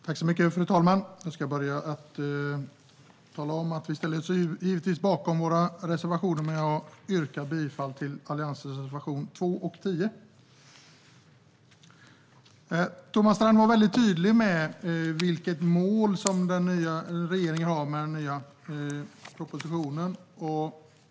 Fru talman! Jag ska börja med att tala om att vi givetvis ställer oss bakom våra reservationer, men jag yrkar bifall endast till alliansreservationerna 2 och 10. Thomas Strand var väldigt tydlig med vilket mål regeringen har med den nya propositionen.